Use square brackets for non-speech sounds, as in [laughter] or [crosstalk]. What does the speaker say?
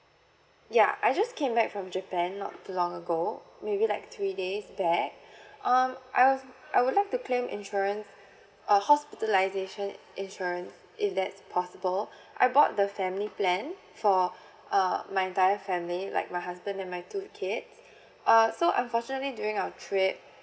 ya I just came back from japan not long ago maybe like three days back [breath] um I wou~ would like to claim insurance err hospitalisation insurance is that possible [breath] I bought the family plan for err my entire family like my husband and my two kids [breath] err so unfortunately during our trip